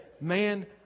man